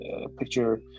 picture